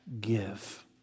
give